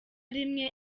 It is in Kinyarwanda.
rimwe